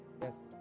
Yes